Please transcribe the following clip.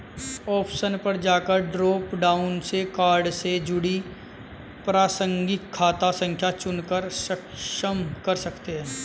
option पर जाकर drop down से कार्ड से जुड़ी प्रासंगिक खाता संख्या चुनकर सक्षम कर सकते है